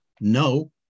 no